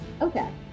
okay